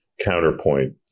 Counterpoint